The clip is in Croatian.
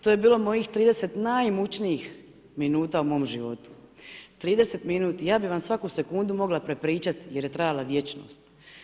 To je bilo mojih 30 najmučnijih minuta u životu, 30 minut, ja bi vam svaku sekundu mogla prepričati jer je trajala vječnost.